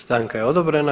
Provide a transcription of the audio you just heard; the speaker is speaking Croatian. Stanka je odobrena.